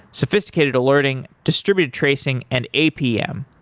sophisticated alerting, distributed tracing and apm.